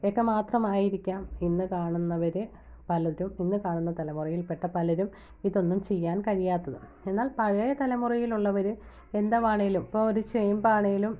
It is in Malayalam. ഇവയൊക്കെ മാത്രമായിരിക്കാം ഇന്ന് കാണുന്നവര് പലരും ഇന്ന് കാണുന്ന തലമുറയിൽ പെട്ട പലരും ഇതൊന്നും ചെയ്യാൻ കഴിയാത്തത് എന്നാൽ പഴയ തലമുറയിൽ ഉള്ളവര് എന്തവാണേലും ഇപ്പോൾ ഒരു ചേമ്പാണേലും